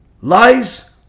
lies